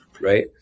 right